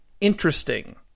interesting